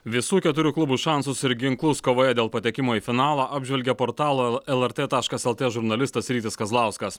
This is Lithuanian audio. visų keturių klubų šansus ir ginklus kovoje dėl patekimo į finalą apžvelgė portalo lrt taškas lt žurnalistas rytis kazlauskas